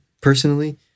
personally